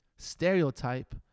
stereotype